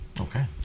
Okay